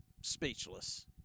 speechless